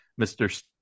Mr